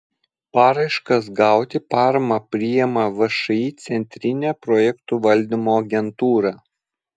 paraiškas gauti paramą priima všį centrinė projektų valdymo agentūra